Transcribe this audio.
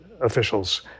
officials